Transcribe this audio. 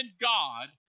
God